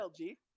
LG